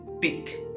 peak